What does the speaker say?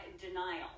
Denial